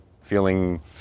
feeling